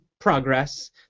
Progress